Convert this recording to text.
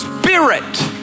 Spirit